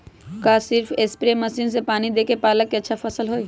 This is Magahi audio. का सिर्फ सप्रे मशीन से पानी देके पालक के अच्छा फसल होई?